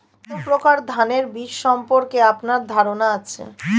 কত প্রকার ধানের বীজ সম্পর্কে আপনার ধারণা আছে?